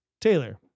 Taylor